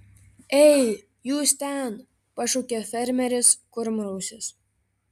ei jūs ten pašaukė fermeris kurmrausis